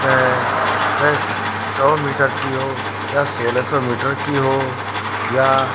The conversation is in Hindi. वह वह सौ मीटर की हो या सोलह सौ मीटर की हो या